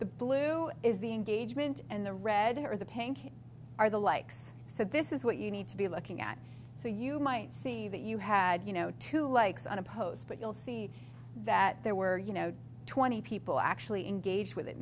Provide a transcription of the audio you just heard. the blue is the engagement and the red her the pink are the likes so this is what you need to be looking at so you might see that you had you know two likes on a post but you'll see that there were you know twenty people actually engaged with it